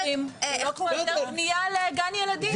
כי היתר בנייה למגורים הוא לא כמו היתר בנייה לגן ילדים.